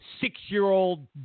six-year-old